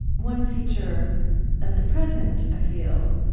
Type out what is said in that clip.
one feature of the present, i feel,